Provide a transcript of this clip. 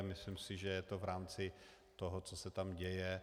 Myslím si, že je to v rámci toho, co se tam děje.